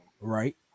right